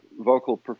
vocal